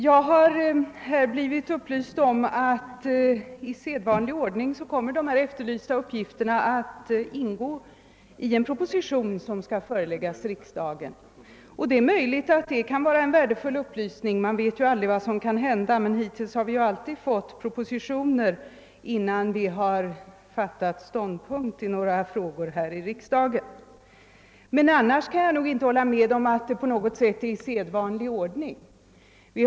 Jag har upplysts om att uppgifterna i fråga i sedvanlig ordning kommer att ingå i en proposition som skall föreläggas riksdagen. Det är möjligt att detta kan vara en värdefull upplysning. Man vet ju inte vad som kan hända, men hittills har vi ju alltid fått propositioner innan vi fattat ståndpunkt här i riksdagen. För övrigt kan jag inte hålla med om att det på något sätt är fråga om sedvanlig ordning.